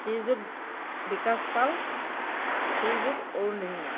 Srijut Bikash Pal Shriyut Arun Dihingia